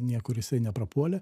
niekur neprapuolė